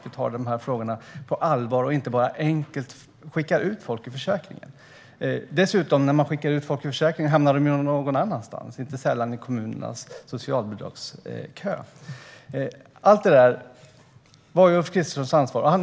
Vi tar frågorna på allvar och skickar inte enkelt ut folk ur försäkringen. När man skickar ut människor ur försäkringen hamnar de dessutom någon annanstans, inte sällan i kommunernas socialbidragskö. Allt detta var Ulf Kristerssons ansvar.